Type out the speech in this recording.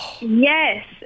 Yes